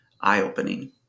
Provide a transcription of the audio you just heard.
Eye-opening